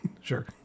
Sure